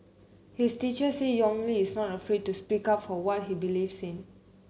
his teacher say Yong Li is not afraid to speak up for what he believes in